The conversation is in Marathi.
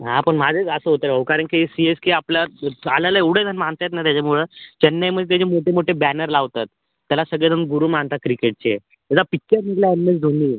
हां पण माझंही आसं होतं राव कारण की सी एस के आपल्यावर चालायला एवढे जण मानत आहेत नं त्याच्यामुळं चेन्नईमध्ये त्याचे मोठे मोठे बॅनर लावतात त्याला सगळे जण गुरू मानतात क्रिकेटचे त्याचा पिच्चर निघालाय एमएस धोनी